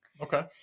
Okay